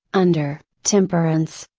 under, temperance,